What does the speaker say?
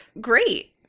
Great